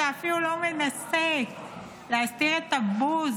אתה אפילו לא מנסה להסתיר את הבוז